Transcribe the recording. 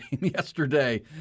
yesterday